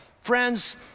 Friends